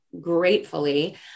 gratefully